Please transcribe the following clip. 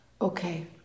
Okay